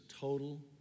total